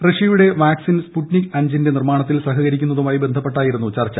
റഷ്യയുടെ vaccine Sputnik അഞ്ചിന്റെ നിർമാണത്തിൽ സഹകരിക്കുന്നതുമായി ബന്ധപ്പെട്ടാ യിരുന്നു ചർച്ച